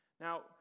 Now